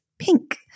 pink